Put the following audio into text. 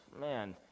man